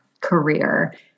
career